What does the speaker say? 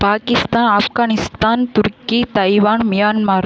Pakistan Afghanistan turkey Taiwan Myanmar